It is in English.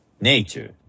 nature